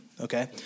Okay